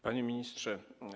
Panie Ministrze!